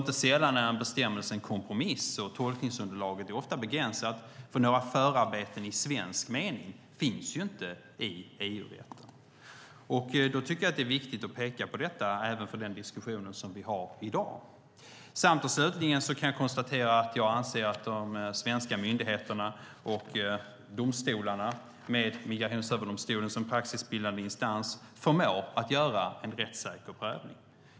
Inte sällan är en bestämmelse en kompromiss, och tolkningsunderlaget är ofta begränsat, för några förarbeten i svensk mening finns ju inte i EU-rätten. Då tycker jag att det är viktigt att peka på detta även i den diskussion som vi har i dag. Slutligen anser jag att de svenska myndigheterna och domstolarna, med Migrationsöverdomstolen som praxisbildande instans, förmår att göra en rättssäker prövning.